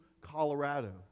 Colorado